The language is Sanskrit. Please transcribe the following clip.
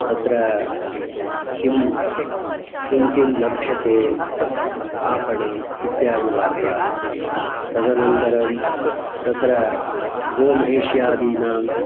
तत्र किं किं किं लभ्यते आपणे इत्यादयः वार्ताः तदनन्तरं तत्र गोमहिष्यादीनाम्